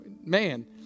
man